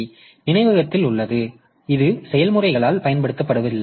இது நினைவகத்தில் உள்ளது ஆனால் இது செயல்முறைகளால் பயன்படுத்தப்படுவதில்லை